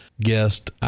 guest